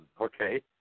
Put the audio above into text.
okay